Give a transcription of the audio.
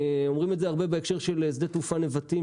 אומרים את זה הרבה בהקשר של שדה תעופה נבטים,